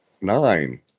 Nine